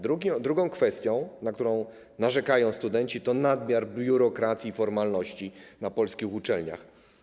Drugą kwestią, na którą narzekają studenci, jest nadmiar biurokracji i formalności na polskich uczelniach.